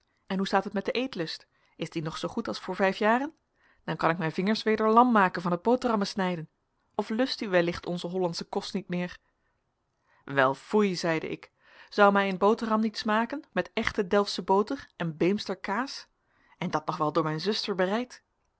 en hoe staat het met den eetlust is die nog zoogoed als voor vijf jaren dan kan ik mijn vingers weder lam maken van het boterhammen snijden of lust u wellicht onzen hollandschen kost niet meer wel foei zeide ik zou mij een boterham niet smaken met echte delftsche boter en beemster kaas en dat nog wel door mijn zuster bereid